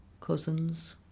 Cousins